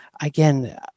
again